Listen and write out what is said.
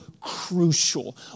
crucial